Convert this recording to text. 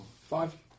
five